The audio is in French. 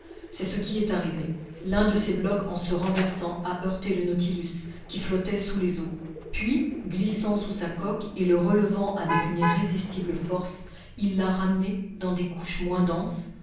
c'est ce qui est arrivé l'un de ces blocs en se renversant a heurté le nautilus qui flottait sous les eaux puis glissant sous sa coque et le relevant avec une irrésistible force il l'a ramené dans des couches moins denses